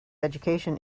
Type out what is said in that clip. education